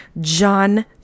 John